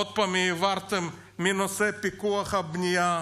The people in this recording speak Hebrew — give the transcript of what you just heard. עוד פעם העברתם מנושא הפיקוח על הבנייה,